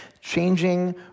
changing